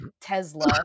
Tesla